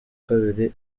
kabiri